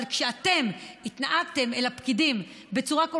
אבל כשאתם התנהגתם אל הפקידים בצורה כל